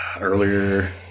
earlier